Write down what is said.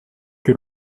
que